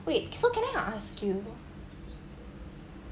wait so can I ask you